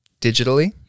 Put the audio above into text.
digitally